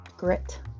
grit